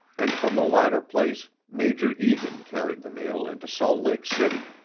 and from the latter place major egan carried the mail into salt lake city,